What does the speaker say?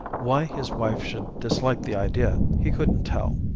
why his wife should dislike the idea he couldn't tell.